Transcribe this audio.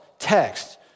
Text